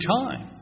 time